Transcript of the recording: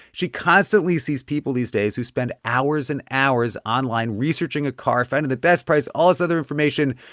she constantly sees people these days who spend hours and hours online researching a car, finding the best price, all this other information.